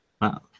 Wow